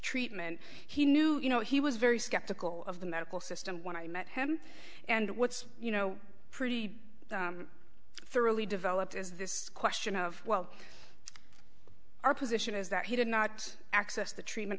treatment he knew you know he was very skeptical of the medical system when i met him and what's you know pretty thoroughly developed is this question of well our position is that he did not access the treatment